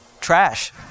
trash